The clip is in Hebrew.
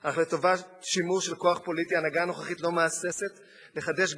אך לטובת שימוש של כוח פוליטי ההנהגה הנוכחית לא מהססת לחדש גם